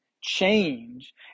change